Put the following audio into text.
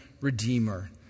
redeemer